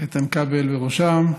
איתן כבל בראשם,